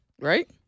Right